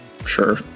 Sure